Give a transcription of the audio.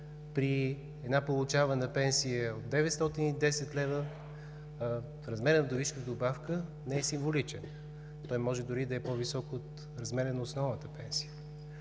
При една получавана пенсия от 910 лв., размерът на вдовишката добавка не е символичен. Той може дори да е по-висок от размера на основната пенсия.